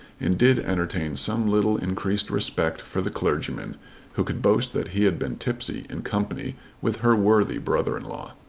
and did entertain some little increased respect for the clergyman who could boast that he had been tipsy in company with her worthy brother-in-law.